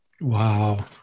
Wow